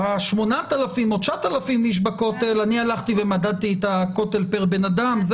ה-8,000 או 9,000 איש בכותל אני הלכתי ומדדתי את הכותל פר בן אדם?